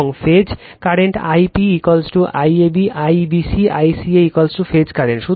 এবং phase current I p IAB IBC ICA phase current